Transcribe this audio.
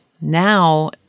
Now